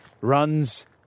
runs